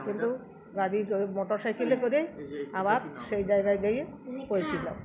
কিন্তু গাড়ি মোটর সাইকেলে করে আবার সেই জায়গায় গেয়ে পৌঁছলাম